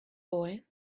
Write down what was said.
boy